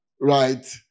right